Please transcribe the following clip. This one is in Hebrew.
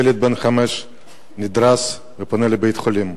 ילד בן חמש נדרס ופונה לבית-חולים,